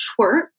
twerk